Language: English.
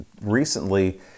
recently